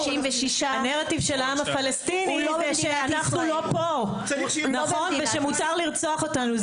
הנרטיב של העם הפלסטיני הוא שהעם היהודי הוא לא פה ושאפשר לרצוח אותנו.